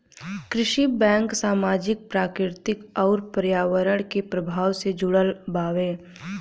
कृषि बैंक सामाजिक, प्राकृतिक अउर पर्यावरण के प्रभाव से जुड़ल बावे